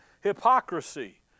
Hypocrisy